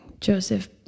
Joseph